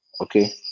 Okay